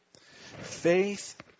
Faith